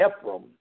Ephraim